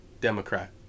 Democrat